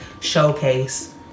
showcase